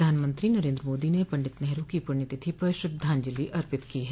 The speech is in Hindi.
प्रधानमंत्री नरेन्द्र मोदी ने पंडित नेहरू की पुण्यतिथि पर श्रद्धांजलि अर्पित की है